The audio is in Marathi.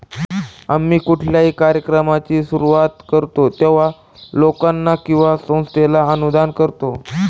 आम्ही कुठल्याही कार्यक्रमाची सुरुवात करतो तेव्हा, लोकांना किंवा संस्थेला अनुदान करतो